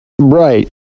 Right